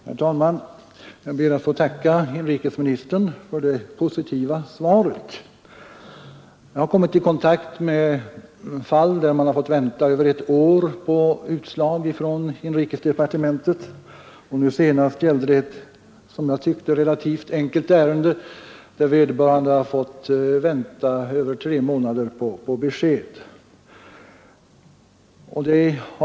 Herr talman! Jag ber att få tacka inrikesministern för det positiva svaret. Jag har kommit i kontakt med fall, där man har fått vänta över ett år på utslag från inrikesdepartementet. Nu senast gällde det ett, som jag tyckte, relativt enkelt ärende, där vederbörande hade fått vänta över tre månader på besked.